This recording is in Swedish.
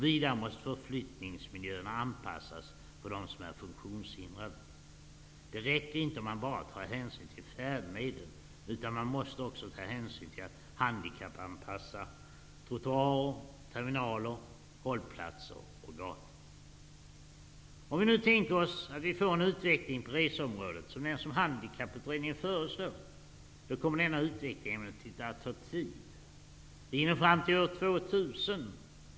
Vidare måste förflyttningsmiljöerna anpassas till dem som är funktionshindrade. Det räcker inte om man bara tar hänsyn till färdmedlen, utan man måste också handikappanpassa trottoarer, terminaler, håll platser och gator. Om vi nu tänker oss att vi får en sådan utveck ling på reseområdet som Handikapputredningen föreslår, kommer denna utveckling emellertid att ta tid. Vi är då framme vid år 2000.